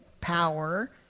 power